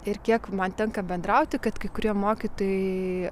ir kiek man tenka bendrauti kad kai kurie mokytojai